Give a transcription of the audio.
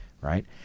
right